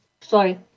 Sorry